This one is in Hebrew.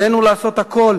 עלינו לעשות הכול